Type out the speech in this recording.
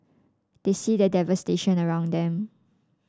they see the devastation around them